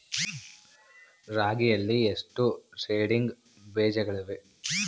ರಾಗಿಯಲ್ಲಿ ಎಷ್ಟು ಸೇಡಿಂಗ್ ಬೇಜಗಳಿವೆ?